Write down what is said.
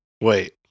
Wait